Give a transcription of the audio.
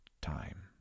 time